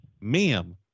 Ma'am